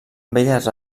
belles